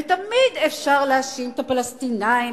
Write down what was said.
ותמיד אפשר להאשים את הפלסטינים,